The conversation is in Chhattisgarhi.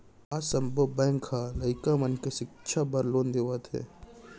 आज सब्बो बेंक ह लइका मन के सिक्छा बर लोन देवत हे